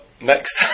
next